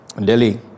Delhi